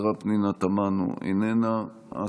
השרה פנינה תמנו, איננה.